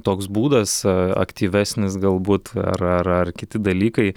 toks būdas aktyvesnis galbūt ar ar ar kiti dalykai